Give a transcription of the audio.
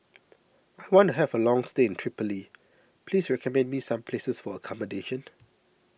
I want to have a long stay in Tripoli please recommend me some places for accommodation